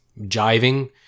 jiving